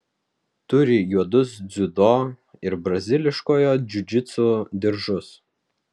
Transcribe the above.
turi juodus dziudo ir braziliškojo džiudžitsu diržus